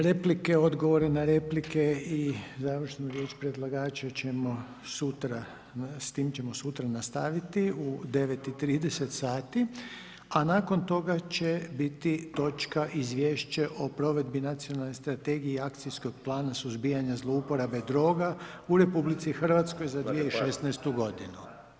Replike, odgovore na replike i završnu riječ predlagača s tim ćemo sutra nastaviti u 9,30 sati, a nakon toga će biti točka Izvješće o provedbi Nacionalne strategije i Akcijskog plana suzbijanja zlouporabe droga u RH za 2016. godinu.